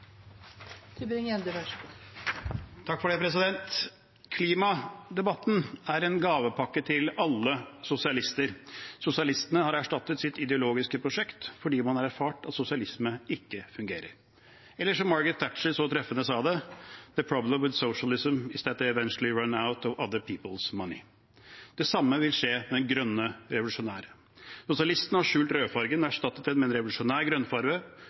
Klimadebatten er en gavepakke til alle sosialister. Sosialistene har erstattet sitt ideologiske prosjekt fordi man har erfart at sosialisme ikke fungerer. Eller som Margaret Thatcher så treffende sa det: The problem with socialism is that you eventually run out of other people's money. Det samme vil skje den grønne revolusjon. Sosialistene har skjult rødfargen og erstattet den med en revolusjonær